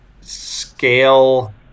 scale